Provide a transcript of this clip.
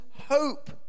hope